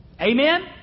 Amen